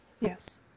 Yes